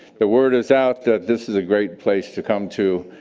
the word is out that this is a great place to come to.